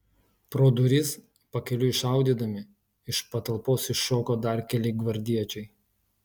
pro duris pakeliui šaudydami iš patalpos iššoko dar keli gvardiečiai